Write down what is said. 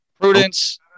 Prudence